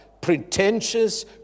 pretentious